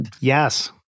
yes